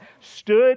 Stood